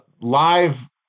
live